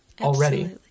already